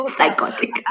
psychotic